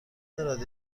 دارد